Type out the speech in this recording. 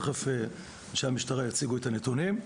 ותכף אנשי המשטרה יציגו את הנתונים.